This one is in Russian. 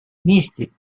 вместе